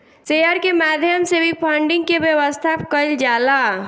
share के माध्यम से भी फंडिंग के व्यवस्था कईल जाला